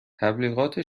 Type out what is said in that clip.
تبلیغات